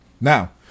Now